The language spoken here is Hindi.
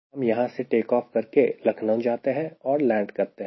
हम यहां से टेक ऑफ करके लखनऊ जाते हैं और लैंड करते हैं